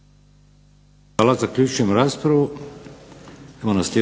Hvala. Zaključujem raspravu.